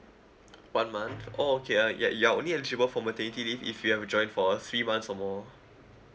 one month oh okay uh ya you're only eligible for maternity leave if you've join for three months or more